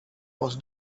was